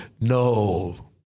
No